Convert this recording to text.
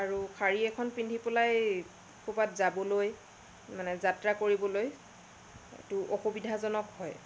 আৰু শাৰী এখন পিন্ধি পেলাই ক'ৰবাত যাবলৈ মানে যাত্ৰা কৰিবলৈ তো অসুবিধাজনক হয়